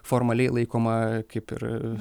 formaliai laikoma kaip ir